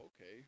okay